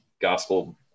gospel